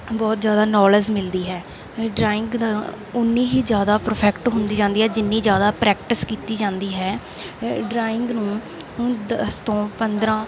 ਬਹੁਤ ਜ਼ਿਆਦਾ ਨੌਲੇਜ ਮਿਲਦੀ ਹੈ ਡਰਾਇੰਗ ਦਾ ਉੰਨੀ ਹੀ ਜ਼ਿਆਦਾ ਪਰਫੈਕਟ ਹੁੰਦੀ ਜਾਂਦੀ ਹੈ ਜਿੰਨੀ ਜ਼ਿਆਦਾ ਪ੍ਰੈਕਟਿਸ ਕੀਤੀ ਜਾਂਦੀ ਹੈ ਡਰਾਇੰਗ ਨੂੰ ਹੁਣ ਦਸ ਤੋਂ ਪੰਦਰਾਂ